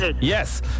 Yes